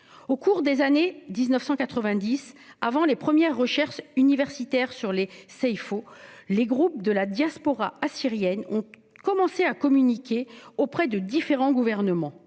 Au cours des années 1990, avant les premières recherches universitaires sur le Sayfo, les groupes de la diaspora assyrienne ont commencé à communiquer auprès de différents gouvernements.